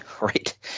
Right